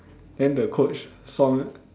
then the coach saw m~